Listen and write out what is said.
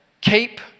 keep